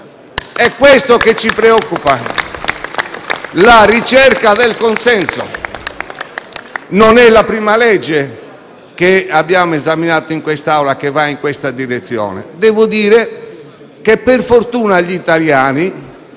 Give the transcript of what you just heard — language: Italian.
È questo che ci preoccupa: la ricerca del consenso. Non è la prima legge che abbiamo esaminato in quest'Aula che va in questa direzione. Devo dire che, per fortuna, gli italiani,